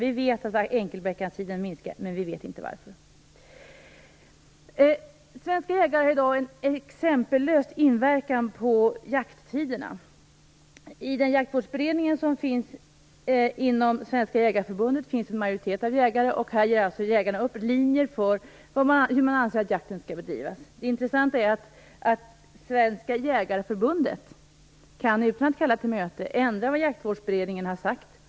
Vi vet att enkelbeckasinen minskar, men vi vet inte varför. Svenska jägare har i dag en exempellös inverkan på jakttiderna. I den jakttidsberedning som finns inom Svenska Jägareförbundet är en majoritet jägare, och här drar alltså jägarna upp riktlinjer för hur man anser att jakten skall bedrivas. Det intressanta är att Svenska Jägareförbundet utan att kalla till möte kan ändra vad Jakttidsberedningen har sagt.